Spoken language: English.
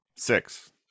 six